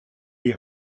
les